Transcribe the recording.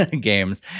games